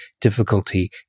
difficulty